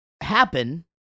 happen